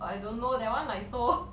uh I don't know that one like so